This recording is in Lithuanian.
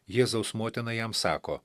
jėzaus motina jam sako